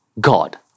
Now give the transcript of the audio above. God